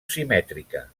simètrica